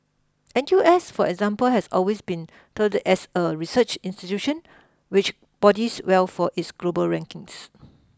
N U S for example has always been touted as a research institution which bodies well for its global rankings